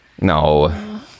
no